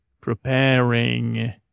preparing